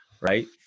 Right